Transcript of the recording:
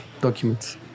documents